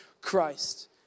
Christ